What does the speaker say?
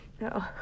no